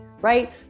right